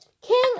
King